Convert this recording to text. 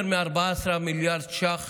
יותר מ-14 מיליארד ש"ח